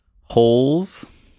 Holes